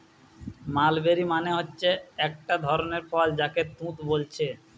mulberry মানে হচ্ছে একটা ধরণের ফল যাকে তুত বোলছে